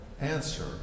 answer